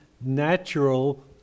natural